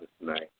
tonight